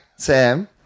Sam